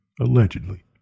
Allegedly